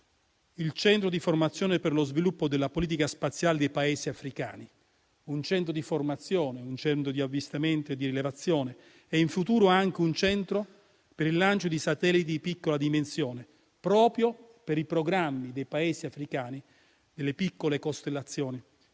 il centro di formazione per lo sviluppo della politica spaziale dei Paesi africani: un centro di formazione, un centro di avvistamento e di rilevazione e in futuro anche un centro per il lancio di satelliti di piccola dimensione, proprio per i programmi dei Paesi africani, nelle piccole costellazioni